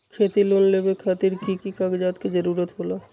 खेती लोन लेबे खातिर की की कागजात के जरूरत होला?